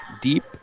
deep